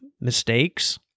mistakes